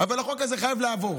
אבל החוק הזה חייב לעבור.